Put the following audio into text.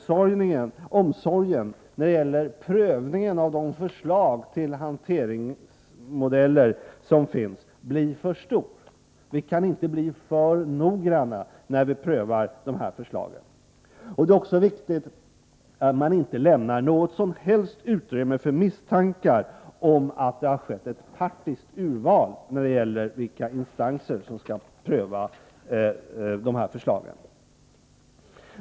Således kan omsorgen när det gäller prövningen av de förslag till hanteringsmodeller som föreligger naturligtvis aldrig vara för stor. Vi kan alltså aldrig vara för noggranna vid prövningen av de olika förslagen i detta sammanhang. Vidare är det viktigt att det inte finns någon som helst anledning till misstanke om att ett taktiskt urval har förekommit när det gäller vilka instanser som skall pröva de olika förslagen.